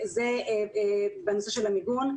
זה בנושא של המיגון.